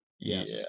Yes